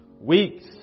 weeks